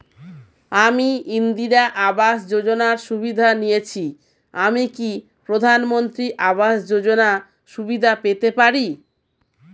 আমি ইন্দিরা আবাস যোজনার সুবিধা নেয়েছি আমি কি প্রধানমন্ত্রী আবাস যোজনা সুবিধা পেতে পারি?